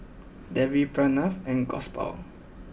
Devi Pranav and Gopal